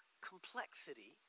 complexity